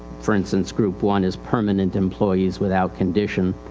for instance, group one is permanent employees without condition.